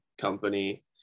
company